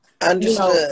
understood